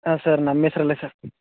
ಹಾಂ ಸರ್ ನಮ್ಮ ಹೆಸ್ರಲ್ಲೇ ಸರ್